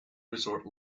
resort